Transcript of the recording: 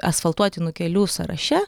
asfaltuotinų kelių sąraše